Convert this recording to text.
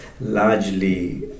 largely